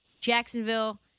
Jacksonville